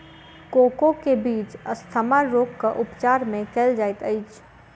cocoa के बीज asthma रोगक उपचार मे कयल जाइत अछि